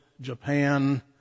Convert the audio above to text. Japan